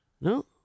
No